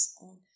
on